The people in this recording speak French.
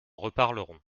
reparlerons